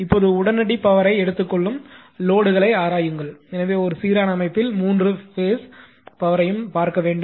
இப்போது உடனடி பவரை எடுத்துக்கொள்ளும் லோடுகளைத் ஆராயுங்கள் எனவே ஒரு சீரான அமைப்பில் மூன்று பேஸ் பவர் யும் பார்க்க வேண்டும்